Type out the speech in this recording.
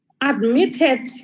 admitted